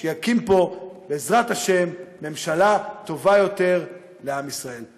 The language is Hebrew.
שיקים פה בעזרת השם ממשלה טובה יותר לעם ישראל.